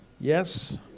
Yes